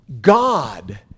God